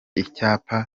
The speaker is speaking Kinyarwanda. icyapa